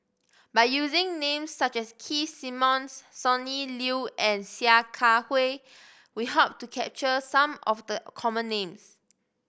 by using names such as Keith Simmons Sonny Liew and Sia Kah Hui we hope to capture some of the common names